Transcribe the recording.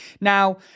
Now